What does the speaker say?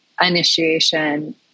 initiation